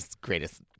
greatest